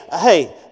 hey